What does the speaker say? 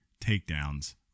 takedowns